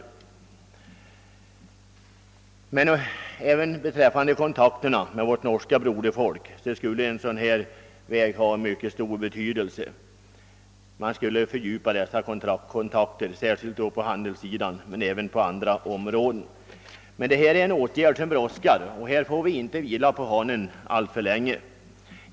Bättre vägar skulle även ha stor betydelse för kontakterna med vårt norska broderfolk; de skulle kunna fördjupas både på handelssidan och på andra områden. Åtgärden brådskar emellertid, och vi får inte vila på hanen alltför länge.